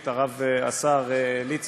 את הרב השר ליצמן,